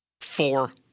Four